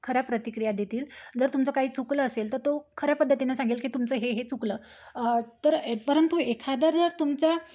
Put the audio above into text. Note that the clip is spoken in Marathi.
खऱ्या प्रतिक्रिया देतील जर तुमचं काही चुकलं असेल तर तो खऱ्या पद्धतीने सांगेल की तुमचं हे हे चुकलं तर ए परंतु एखादा जर तुमच्या